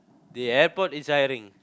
the airport is hiring